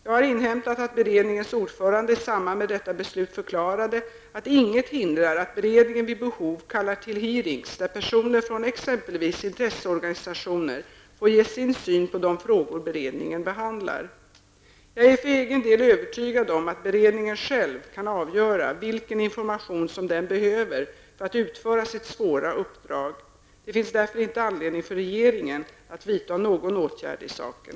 Jag har inhämtat att beredningens ordförande i samband med detta beslut förklarade, att inget hindrar att beredningen vid behov kallar till hearings där personer från exempelvis intresseorganisationer får ge sin syn på de frågor beredningen behandlar. Jag är för egen del övertygad om att beredningen själv kan avgöra vilken information som den behöver för att utföra sitt svåra uppdrag. Det finns därför inte anledning för regeringen att vidta någon åtgärd i saken.